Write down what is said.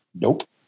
nope